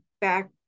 back